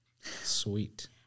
sweet